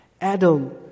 Adam